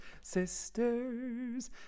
sisters